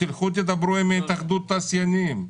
תלכו ותדברו עם התאחדות התעשיינים,